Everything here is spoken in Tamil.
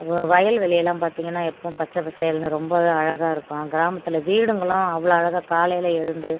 அப்புறம் வயல்வெளிலாம் பார்த்தீங்கன்னா எப்போவும் பச்சை பசேல்னு ரொம்பவே அழகாக இருக்கும் கிராமத்தில் வீடுங்களும் அவ்வளோ அழகாக காலையில் எழுந்து